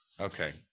Okay